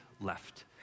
left